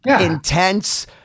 intense